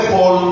Paul